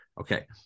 Okay